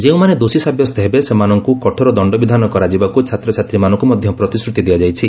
ଯେଉଁମାନେ ଦୋଷୀ ସାବ୍ୟସ୍ତ ହେବେ ସେମାନଙ୍କୁ କଠୋର ଦଣ୍ଡବିଧାନ କରାଯିବାକୁ ଛାତ୍ରଛାତ୍ରୀମାନଙ୍କୁ ମଧ୍ୟ ପ୍ରତିଶ୍ରତି ଦିଆଯାଇଛି